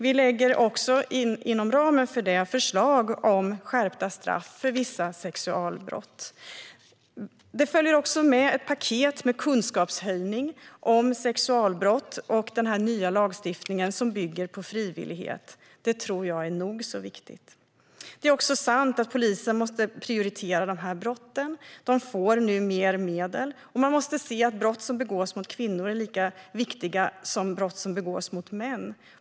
Vi lägger också inom ramen för det fram förslag om skärpta straff för vissa sexualbrott. Det följer också med ett paket med kunskapshöjning om sexualbrott och den här nya lagstiftningen, som bygger på frivillighet. Det tror jag är nog så viktigt. Det är också sant att polisen måste prioritera de här brotten. De får nu mer medel, och man måste se att brott som begås mot kvinnor är lika viktiga som brott som begås mot män.